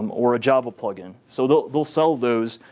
um or a java plugin. so they'll they'll sell those.